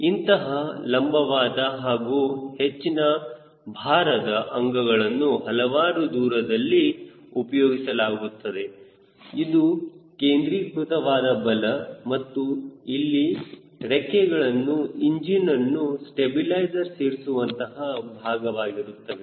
ಇಂತಹ ಲಂಬವಾದ ಹಾಗೂ ಹೆಚ್ಚಿನ ಭಾರದ ಅಂಗಗಳನ್ನು ಹಲವಾರು ದೂರದಲ್ಲಿ ಉಪಯೋಗಿಸಲಾಗುತ್ತದೆ ಇವು ಕೇಂದ್ರೀಕೃತವಾದ ಬಲ ಮತ್ತು ಇಲ್ಲಿ ರೆಕ್ಕೆಯನ್ನು ಇಂಜಿನನ್ನು ಸ್ಟಬಿಲೈಜರ್ ಸೇರಿಸುವಂತಹ ಭಾಗವಾಗಿರುತ್ತದೆ